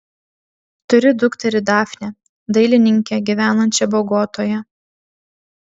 turi dukterį dafnę dailininkę gyvenančią bogotoje